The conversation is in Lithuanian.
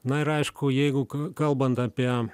na ir aišku jeigu kalbant apie